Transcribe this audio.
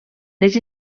les